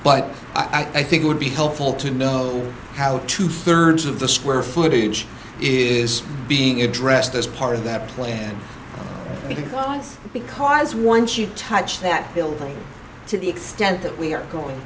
but i think it would be helpful to know how two thirds of the square footage is being addressed as part of that plan because because once you touch that building to the extent that we are going